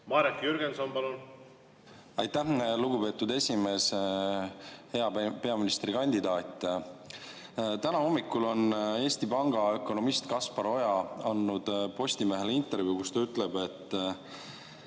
Marek Jürgenson, palun! Aitäh! Lugupeetud esimees! Hea peaministrikandidaat! Täna hommikul on Eesti Panga ökonomist Kaspar Oja andnud Postimehele intervjuu, kus ta ütleb, et